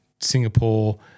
Singapore